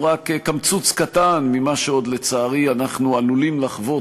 רק קמצוץ קטן ממה שאנחנו עלולים עוד,